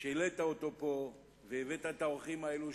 שהעלית את הדיון הזה פה והבאת לכאן את האורחים האלה,